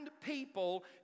people